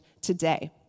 today